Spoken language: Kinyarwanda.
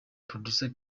producer